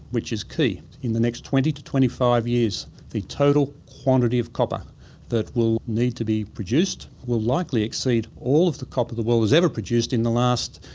which is key, in the next twenty to twenty five years the total quantity of copper that will need to be produced will likely exceed all of the copper the world has ever produced in the last,